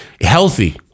healthy